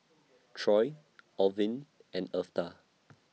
Troy Orvin and Eartha